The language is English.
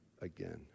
again